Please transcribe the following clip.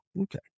Okay